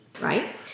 right